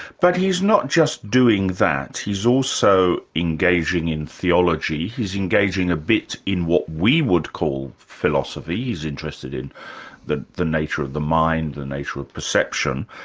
but he's not just doing that, he's also engaging in theology, he's engaging a bit in what we would call philosophy. he's interested in the the nature of the mind, the nature of perception.